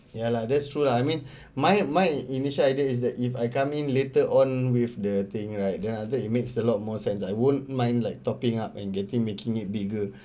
ya lah that's true lah I mean my my initial idea is that if I come in later on with the thing right then after that it makes a lot more sense I won't mind like topping up and getting making it bigger